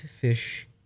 fish